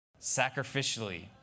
Sacrificially